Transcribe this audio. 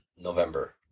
November